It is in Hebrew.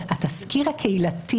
התסקיר הקהילתי